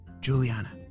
Juliana